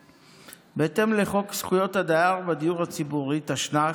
בהתאם לחוק זכויות הדייר בדיור הציבורי, תשנ"ח,